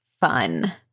fun